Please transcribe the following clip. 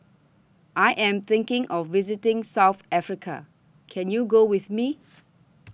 I Am thinking of visiting South Africa Can YOU Go with Me